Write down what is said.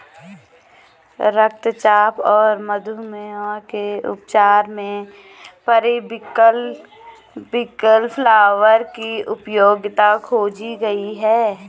रक्तचाप और मधुमेह के उपचार में पेरीविंकल फ्लावर की उपयोगिता खोजी गई है